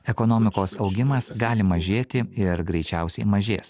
ekonomikos augimas gali mažėti ir greičiausiai mažės